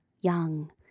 young